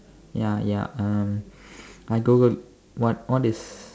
ya ya uh I googled what what is